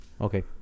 Okay